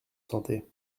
santé